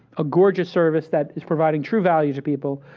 a gorgeous service that is providing true value to people,